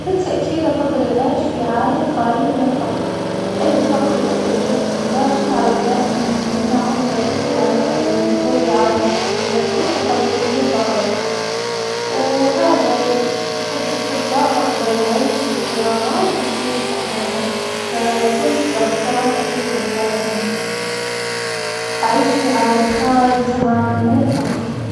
بس اكيد افضل العيش في عالم خالي من الفقر. لان الفقر يؤثر بشكل مباشر على حياة الناس ويمنعهم من الحصول على التعليم والرعاية الصحية والتخلص من الفقر. وهذا يحقق فرصة افضل للعيش بكرامة وتحقيق احلامهم. فلو قمت اكيد بختار اني اعيش في عالم خالي تماما من الفقر